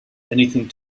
anything